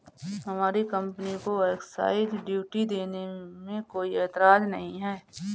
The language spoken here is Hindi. हमारी कंपनी को एक्साइज ड्यूटी देने में कोई एतराज नहीं है